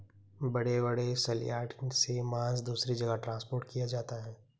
बड़े बड़े सलयार्ड से मांस दूसरे जगह ट्रांसपोर्ट किया जाता है